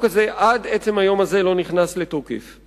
הזה לא נכנס לתוקף עד עצם היום הזה.